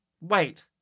Wait